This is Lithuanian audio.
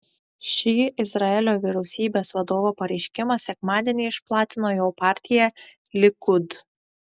šį izraelio vyriausybės vadovo pareiškimą sekmadienį išplatino jo partija likud